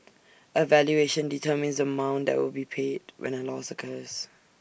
A valuation determines the amount that will be paid when A loss occurs